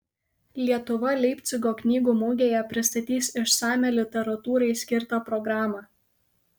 lietuva leipcigo knygų mugėje pristatys išsamią literatūrai skirtą programą